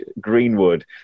Greenwood